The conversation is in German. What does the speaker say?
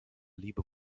liebe